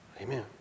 Amen